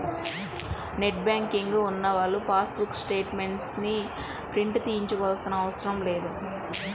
net banking ఉన్నవాళ్ళు passbook statements ని print తీయించుకోనవసరం లేదు